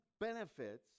benefits